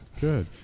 good